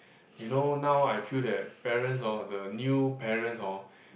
you know now I feel that parents hor the new parents hor